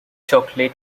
chocolate